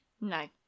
No